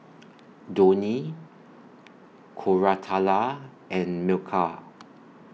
Dhoni Koratala and Milkha